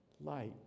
light